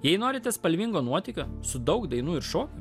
jei norite spalvingo nuotykio su daug dainų ir šokių